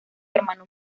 hermano